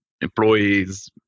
employees